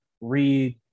read